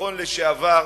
וביטחון לשעבר,